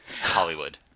Hollywood